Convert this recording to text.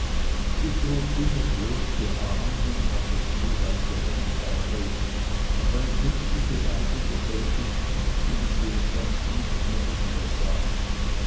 sie trug immer bloße arme und hatte schneeweiße hemdsärmel auf eine künstliche weise gefältelt wie man es sonst nirgends mehr sah